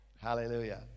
Hallelujah